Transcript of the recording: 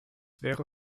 wäre